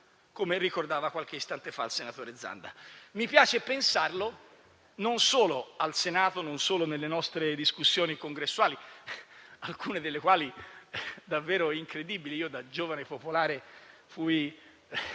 come ricordava qualche istante fa il senatore Zanda. Mi piace pensarlo non solo al Senato, non solo nelle nostre discussioni congressuali, alcune delle quali davvero incredibili: io, da giovane popolare, fui